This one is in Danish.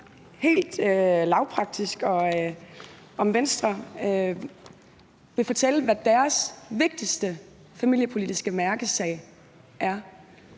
helt lavpraktisk, om Venstre vil fortælle, hvad deres vigtigste familiepolitiske mærkesag er